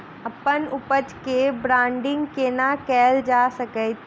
अप्पन उपज केँ ब्रांडिंग केना कैल जा सकैत अछि?